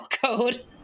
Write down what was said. code